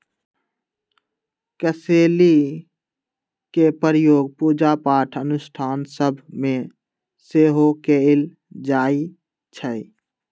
कसेलि के प्रयोग पूजा पाठ अनुष्ठान सभ में सेहो कएल जाइ छइ